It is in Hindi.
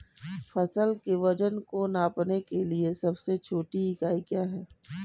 फसल के वजन को नापने के लिए सबसे छोटी इकाई क्या है?